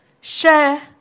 share